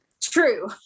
true